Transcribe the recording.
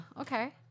okay